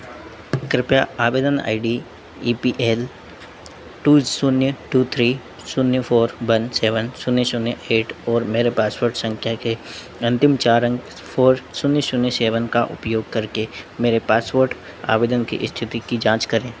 कृपया आवेदन I D E P L two शून्य टू थ्री शून्य फोर वन सेवेन शून्य शून्य एट और मेरे पासपोर्ट संख्या के अंतिम चार अंक फोर शून्य शून्य सेवेन का उपयोग करके मेरे पासपोर्ट आवेदन की स्थिति की जांच करें